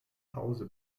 hause